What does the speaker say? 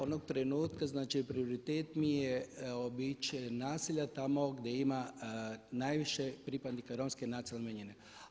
Onog trenutka, znači prioritet mi je obići naselja tamo gdje ima najviše pripadnika Romske nacionalne manjine.